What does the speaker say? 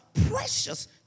precious